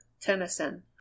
Tennyson